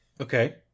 Okay